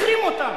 החרימו אותם.